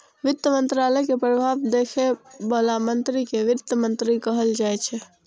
वित्त मंत्रालय के प्रभार देखै बला मंत्री कें वित्त मंत्री कहल जाइ छै